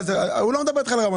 הוא לא מדבר על רמאים.